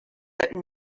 that